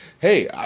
Hey